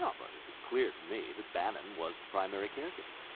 um but it was clear to me that bannon was the primary caregiver.